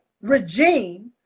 regime